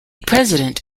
president